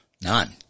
none